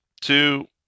two